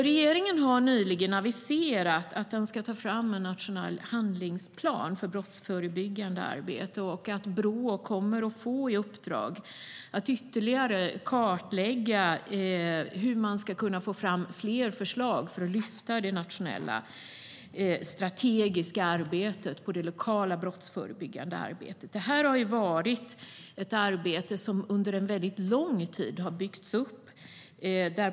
Regeringen har nyligen aviserat att den ska ta fram en nationell handlingsplan för brottsförebyggande arbete och att Brå kommer att få i uppdrag att ytterligare kartlägga hur man ska kunna få fram fler förslag för att lyfta det nationella strategiska arbetet med det lokala brottsförebyggandet arbetet. Det här är ett arbete som har byggts upp under mycket lång tid.